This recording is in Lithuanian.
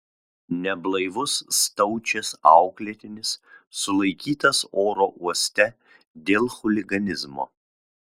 neblaivus staučės auklėtinis sulaikytas oro uoste dėl chuliganizmo